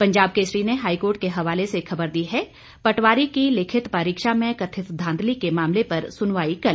पंजाब केसरी ने हाईकोर्ट के हवाले से खबर दी है पटवारी की लिखित परीक्षा में कथित धांधली के मामले पर सुनवाई कल